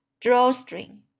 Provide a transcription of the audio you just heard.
drawstring